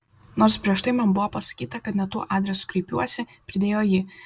nors prieš tai man buvo pasakyta kad ne tuo adresu kreipiuosi pridėjo ji